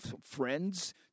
friends